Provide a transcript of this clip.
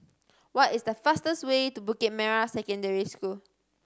what is the fastest way to Bukit Merah Secondary School